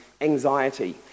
anxiety